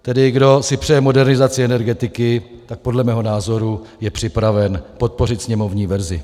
Tedy kdo si přeje modernizaci energetiky, tak podle mého názoru je připraven podpořit sněmovní verzi.